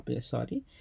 sorry